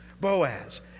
Boaz